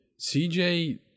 CJ